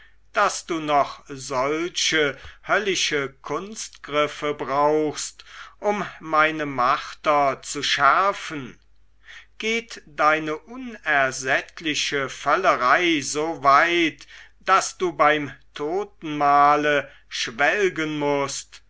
daß du noch solche höllische kunstgriffe brauchst um meine marter zu schärfen geht deine unersättliche völlerei so weit daß du beim totenmahle schwelgen mußt